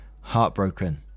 heartbroken